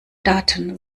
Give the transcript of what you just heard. daten